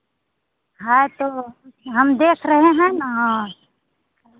है तो हम देख रहे हैं ना